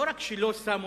לא רק שלא שמו,